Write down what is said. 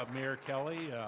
mayor kelly,